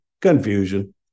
confusion